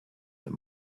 that